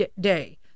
day